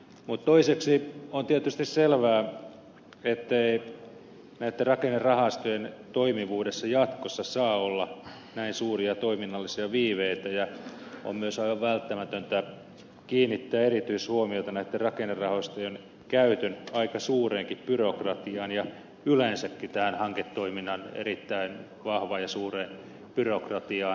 mutta toiseksi on tietysti selvää ettei näitten rakennerahastojen toimivuudessa jatkossa saa olla näin suuria toiminnallisia viiveitä ja on myös aivan välttämätöntä kiinnittää erityishuomiota näitten rakennerahastojen käytön aika suureenkin byrokratiaan ja yleensäkin tähän hanketoiminnan erittäin vahvaan ja suureen byrokratiaan